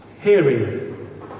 Hearing